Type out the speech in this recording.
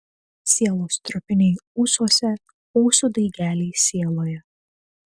sielos trupiniai ūsuose ūsų daigeliai sieloje